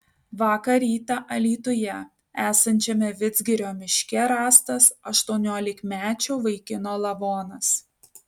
vakar rytą alytuje esančiame vidzgirio miške rastas aštuoniolikmečio vaikino lavonas